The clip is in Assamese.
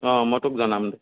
অঁ মই তোক জনাম দে